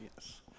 Yes